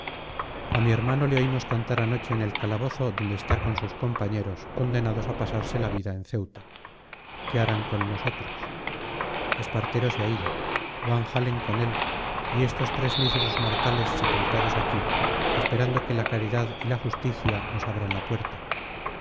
a mi hermano le oímos cantar anoche en el calabozo donde está con sus compañeros condenados a pasarse la vida en ceuta que harán con nosotros espartero se ha ido van-halen con él y estos tres míseros mortales sepultados aquí esperando que la caridad y la justicia nos abran la puerta